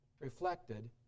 reflected